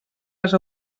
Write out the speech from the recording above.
les